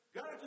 God